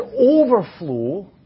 overflow